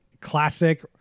classic